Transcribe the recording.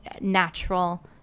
natural